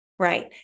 Right